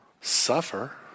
suffer